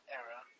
era